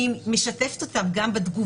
והיא משתפת אותם גם בתגובות,